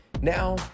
Now